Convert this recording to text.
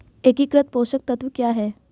एकीकृत पोषक तत्व क्या है?